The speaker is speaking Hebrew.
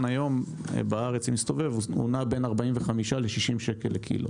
היום בארץ נע בין 45 ל-60 שקל לקילו.